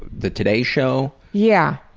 the today show. yeah.